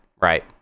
right